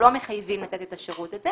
מחייבים לתת את השירות הזה,